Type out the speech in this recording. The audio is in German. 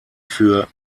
für